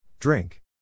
Drink